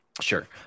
Sure